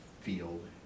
field